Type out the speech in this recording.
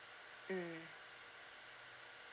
mm